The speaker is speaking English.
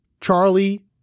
Charlie